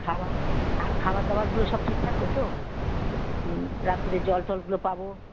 খাওয়া আর খাবার দাবারগুলো সব ঠিক থাকবে তো রাত্রিরে জল ঠলগুলো পাবো